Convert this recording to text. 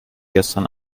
gestern